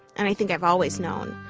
and i think i've always known,